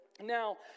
Now